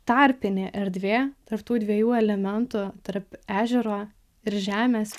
tarpinė erdvė tarp tų dviejų elementų tarp ežero ir žemės